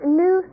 new